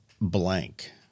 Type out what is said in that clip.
blank